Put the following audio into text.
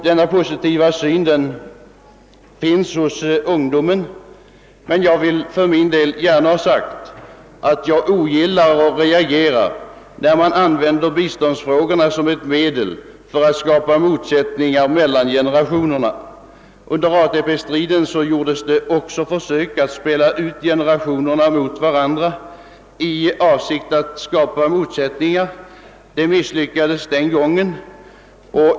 Denna positiva syn finns hos ungdomen. Jag vill dock för min del gärna understryka att jag reagerar mot att man använder biståndsfrågorna som ett medel för att skapa motsättningar mellan generationerna. Under ATP-striden gjordes också försök att spela ut generationerna mot varandra i avsikt att skapa motsättningar. Försöken misslyckades den gången.